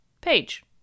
page